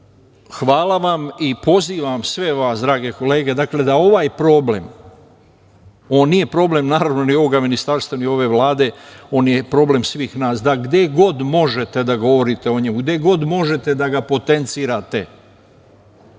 hvala vam i pozivam sve vas, drage kolege, da ovaj problem, ovo nije problem, naravno, ni ovog ministarstva, ni ove Vlade, on je problem svih nas, da gde god možete da govorite o njemu, gde god možete da ga potencirate.